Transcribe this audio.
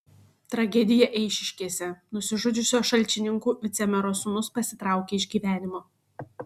tragedija eišiškėse nusižudžiusio šalčininkų vicemero sūnus pasitraukė iš gyvenimo